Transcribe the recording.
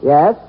Yes